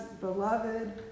beloved